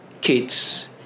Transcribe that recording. kids